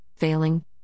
failing